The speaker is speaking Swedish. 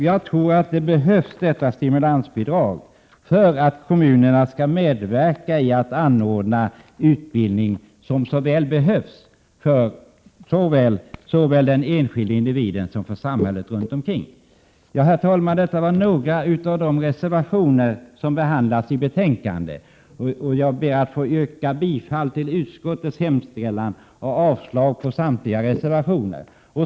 Jag tror att detta stimulansbidrag behövs för att kommunerna Prot. 1987/88:123 skall kunna medverka i att anordna den utbildning som såväl den enskilde 19 maj 1988 individen som samhället behöver. Herr talman! Detta gällde några av de reservationer som behandlats i betänkandet. Jag ber att få yrka bifall till utskottets hemställan och avslag på samtliga reservationer.